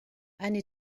eine